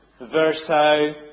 Verso